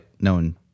known